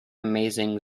amazing